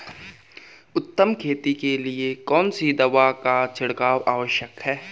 उत्तम खेती के लिए कौन सी दवा का छिड़काव आवश्यक है?